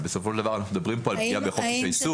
בסופו של דבר אנחנו מדברים פה על פגיעה בחופש העיסוק.